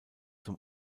zum